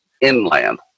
inland